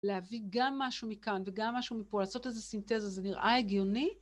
להביא גם משהו מכאן וגם משהו מפה, לעשות איזה סינתזה, זה נראה הגיוני.